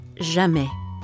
jamais